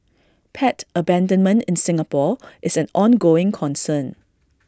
pet abandonment in Singapore is an ongoing concern